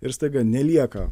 ir staiga nelieka